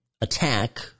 attack